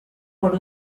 por